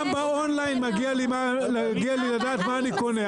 גם באונליין מגיע לי לדעת מה אני קונה.